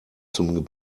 zum